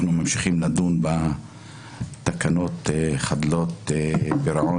אנחנו ממשיכים לדון בתקנות חדלות פירעון